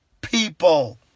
People